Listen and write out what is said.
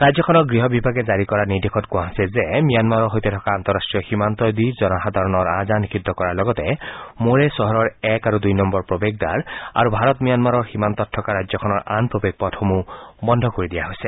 ৰাজ্যখনৰ গৃহ বিভাগে জাৰি কৰা নিৰ্দেশত কোৱা হৈছে যে ম্যানমাৰৰ সৈতে থকা আন্তঃৰাষ্টীয় সীমান্তইদি জনসাধাৰণৰ আহ যাহ নিষিদ্ধ কৰাৰ লগতে মৰেহ চহৰৰ এক আৰু দুই নম্বৰ প্ৰৱেশদ্বাৰ আৰু ভাৰত ম্যানমাৰৰ সীমান্তত থকা ৰাজ্যখনৰ আন প্ৰৱেশপথসমূহ বন্ধ কৰি দিয়া হৈছে